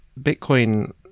Bitcoin